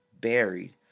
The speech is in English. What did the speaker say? buried